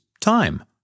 time